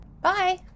Bye